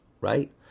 right